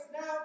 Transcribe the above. Now